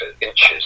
inches